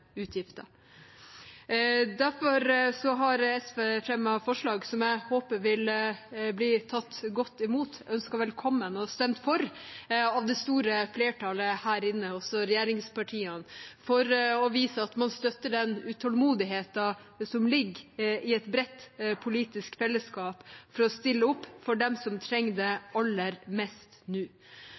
utgifter. Derfor har SV fremmet forslag som jeg håper vil bli tatt godt imot, ønsket velkommen og stemt for av det store flertallet her inne, også regjeringspartiene – for å vise at man støtter den utålmodigheten som ligger i et bredt politisk fellesskap, etter å stille opp for dem som trenger det aller mest nå.